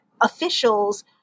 official's